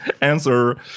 answer